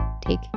take